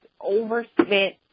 overspent